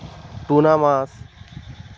tuna মাছ